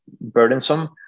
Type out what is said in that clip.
burdensome